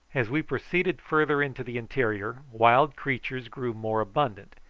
as we proceeded farther into the interior, wild creatures grew more abundant,